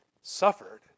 suffered